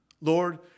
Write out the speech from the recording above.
Lord